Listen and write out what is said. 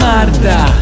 Marta